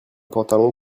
pantalon